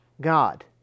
God